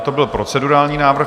To byl procedurální návrh.